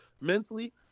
Mentally